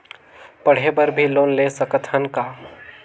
पढ़े बर भी लोन ले सकत हन का?